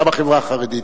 גם החברה החרדית.